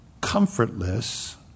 comfortless